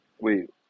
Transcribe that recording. wait